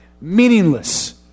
meaningless